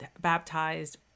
baptized